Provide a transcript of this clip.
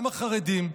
גם החרדים,